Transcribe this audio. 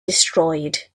destroyed